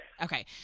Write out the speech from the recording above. Okay